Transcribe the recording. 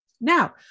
Now